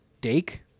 Dake